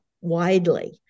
widely